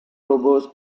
robots